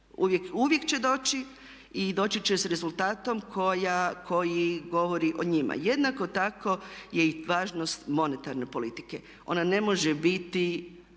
uvijek doći i doći će s rezultatom koji govori o njima. Jednako tako je i važnost monetarne politike. Ona ne može biti